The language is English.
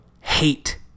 hate